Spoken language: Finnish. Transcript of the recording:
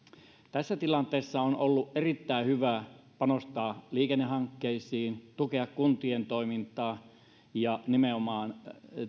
tässä tilanteessa on ollut erittäin hyvä panostaa liikennehankkeisiin tukea kuntien toimintaa ja nimenomaan